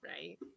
right